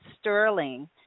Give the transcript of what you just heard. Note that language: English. Sterling